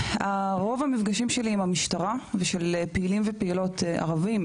רוב המפגשים שלי עם המשטרה ועם פעילים ופעילות ערבים,